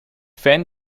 fan